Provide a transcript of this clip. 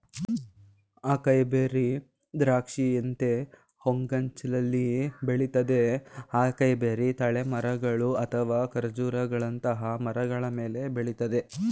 acai berry ದ್ರಾಕ್ಷಿಯಂತೆ ಹೂಗೊಂಚಲಲ್ಲಿ ಬೆಳಿತದೆ ಅಕೈಬೆರಿ ತಾಳೆ ಮರಗಳು ಅಥವಾ ಖರ್ಜೂರಗಳಂತಹ ಮರಗಳ ಮೇಲೆ ಬೆಳಿತದೆ